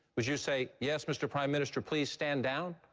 would you say, yes, mr. prime minister, please stand down?